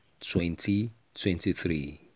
2023